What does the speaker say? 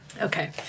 Okay